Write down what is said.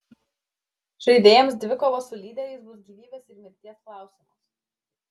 žaidėjams dvikova su lyderiais bus gyvybės ir mirties klausimas